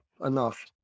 enough